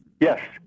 Yes